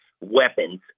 weapons